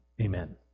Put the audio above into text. amen